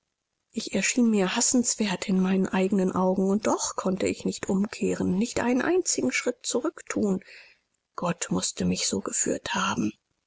ich erschien mir hassenswert in meinen eigenen augen und doch konnte ich nicht umkehren nicht einen einzigen schritt zurückthun gott mußte mich so geführt haben